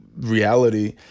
reality